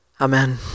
Amen